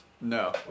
No